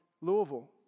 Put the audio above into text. Louisville